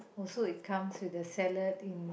also it comes with a salad